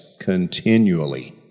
continually